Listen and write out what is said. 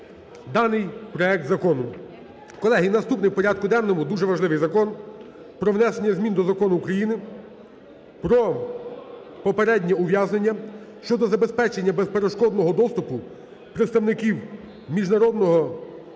даний проект закону. Колеги, наступний в порядку денному дуже важливий Закон про внесення змін до Закону України "Про попереднє ув'язнення" щодо забезпечення безперешкодного доступу представників Міжнародного Комітету